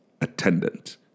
attendant